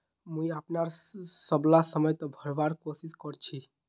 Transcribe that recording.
मुई अपनार सबला समय त भरवार कोशिश कर छि